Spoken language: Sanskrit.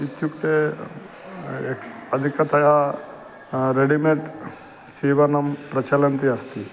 इत्युक्ते अधिकतया रेडिमेड् सीवनं प्रचलन्ति अस्ति